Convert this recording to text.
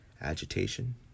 agitation